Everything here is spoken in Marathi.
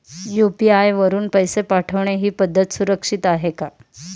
यु.पी.आय वापरून पैसे पाठवणे ही पद्धत सुरक्षित आहे का?